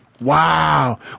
Wow